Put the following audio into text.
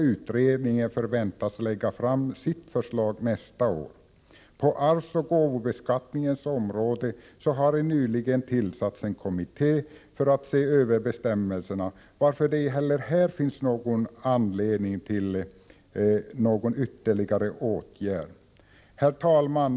Utredningen förväntas lägga fram sitt förslag nästa år. På arvsoch gåvobeskattningens område har nyligen tillsatts en kommitté för att se över bestämmelserna, varför det ej heller här finns anledning till någon ytterligare åtgärd. Herr talman!